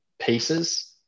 pieces